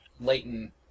Leighton